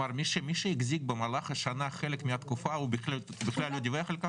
מי שהחזיק במהלך השנה חלק מהתקופה הוא בכלל לא דיווח על כך?